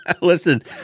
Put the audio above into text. Listen